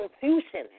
Confusion